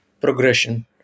progression